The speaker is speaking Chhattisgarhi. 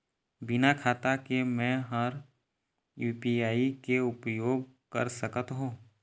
बिना खाता के म हर यू.पी.आई के उपयोग कर सकत हो?